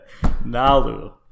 Nalu